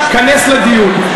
היכנס לדיון.